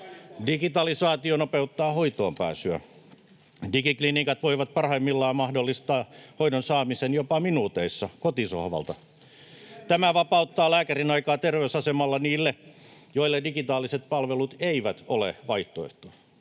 Digitalisaatio nopeuttaa hoitoonpääsyä. Digiklinikat voivat parhaimmillaan mahdollistaa hoidon saamisen jopa minuuteissa, kotisohvalta. Tämä vapauttaa lääkärin aikaa terveysasemalla niille, joille digitaaliset palvelut eivät ole vaihtoehto.